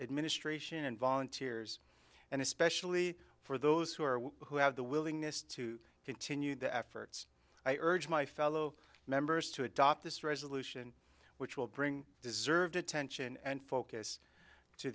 administration volunteers and especially for those who are who have the willingness to continue the efforts i urge my fellow members to adopt this resolution which will bring deserved attention and focus to